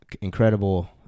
incredible